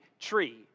tree